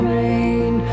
rain